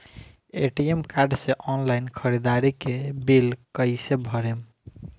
ATM card से online ख़रीदारी के बिल कईसे भरेम?